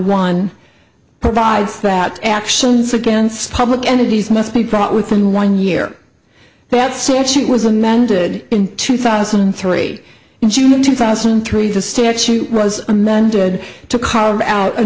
one provides that actions against public entities must be brought within one year that search was amended in two thousand and three in june two thousand and three the statute was amended to carve out a